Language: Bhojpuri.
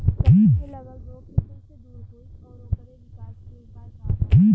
सब्जी में लगल रोग के कइसे दूर होयी और ओकरे विकास के उपाय का बा?